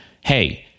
Hey